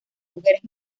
mujeres